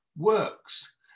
works